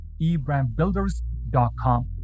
ebrandbuilders.com